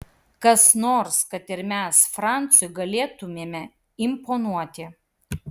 kas nors kad ir mes francui galėtumėme imponuoti